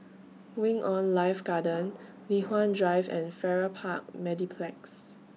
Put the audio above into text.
Wing on Life Garden Li Hwan Drive and Farrer Park Mediplex